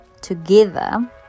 together